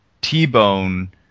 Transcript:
T-Bone